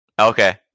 Okay